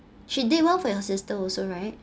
she did well for your sister also right